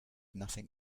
nothing